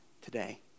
today